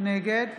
נגד